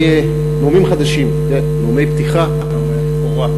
נאומים חדשים, נאומי פתיחה, נאומי הבכורה.